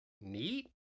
Neat